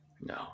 No